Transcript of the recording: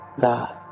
God